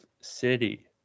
city